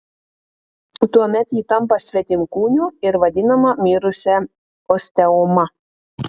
tuomet ji tampa svetimkūniu ir vadinama mirusia osteoma